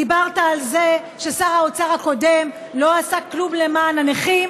דיברת על זה ששר האוצר הקודם לא עשה כלום למען הנכים,